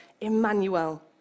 Emmanuel